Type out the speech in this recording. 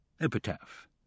Epitaph